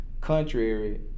contrary